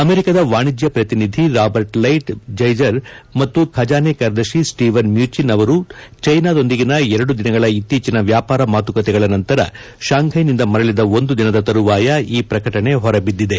ಅಮೆರಿಕದ ವಾಣಿಜ್ಯ ಪ್ರತಿನಿಧಿ ರಾಬರ್ಟ್ ಲೈಟ್ ಜೈಜರ್ ಮತ್ತು ಖಜಾನೆ ಕಾರ್ಯದರ್ಶಿ ಸ್ವೀವನ್ ಮ್ಯೂಚಿನ್ ಅವರು ಚೀನಾದೊಂದಿಗಿನ ಎರಡು ದಿನಗಳ ಇತ್ತೀಚಿನ ವ್ಯಾಪಾರ ಮಾತುಕತೆಗಳ ನಂತರ ಶಾಂಘೈನಿಂದ ಮರಳಿದೆ ಒಂದು ದಿನದ ತರುವಾಯ ಈ ಪ್ರಕಟಣೆ ಹೊರಬಿದ್ದಿದೆ